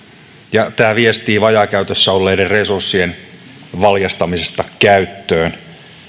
ja tämä viestii vajaakäytössä olleiden resurssien valjastamisesta käyttöön